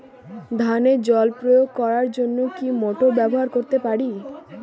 ধানে জল প্রয়োগ করার জন্য কি মোটর ব্যবহার করতে পারি?